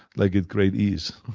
like with great ease.